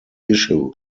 issue